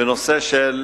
בנושא של